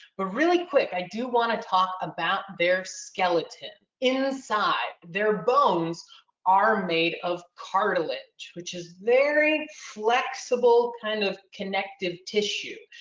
but really quick, i do want to talk about their skeleton. in the side, their bones are made of cartilage, which is very flexible kind of connective tissue.